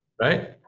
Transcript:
Right